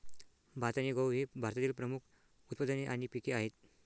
भात आणि गहू ही भारतातील प्रमुख उत्पादने आणि पिके आहेत